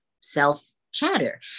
self-chatter